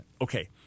Okay